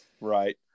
right